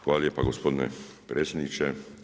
Hvala lijepa gospodine predsjedniče.